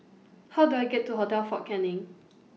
How Do I get to Hotel Fort Canning